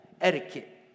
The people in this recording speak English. etiquette